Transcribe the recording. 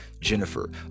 Jennifer